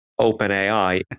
OpenAI